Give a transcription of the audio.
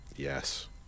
Yes